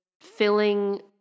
filling